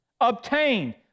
Obtained